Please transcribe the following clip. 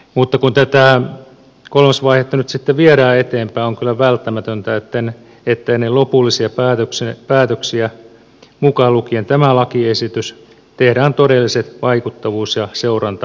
mutta kun tätä kolmosvaihetta nyt sitten viedään eteenpäin on kyllä välttämätöntä että ennen lopullisia päätöksiä mukaan lukien tämä lakiesitys tehdään todelliset vaikuttavuus ja seuranta arviot